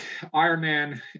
Ironman